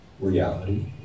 reality